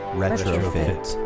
retrofit